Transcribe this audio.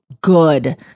good